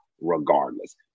regardless